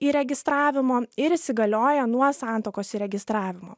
įregistravimo ir įsigalioja nuo santuokos įregistravimo